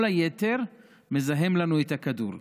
כל היתר מזהם לנו את הכדור.